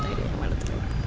ಏನು ಮಾಡ್ತಾರೋ